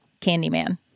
Candyman